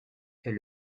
est